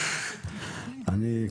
הצבעה בעד, 1 נגד, 0 נמנעים, 0 התיקון אושר אני